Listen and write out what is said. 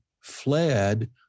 fled